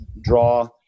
draw